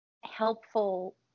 helpful